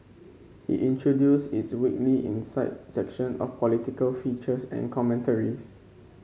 he introduced its weekly Insight section of political features and commentaries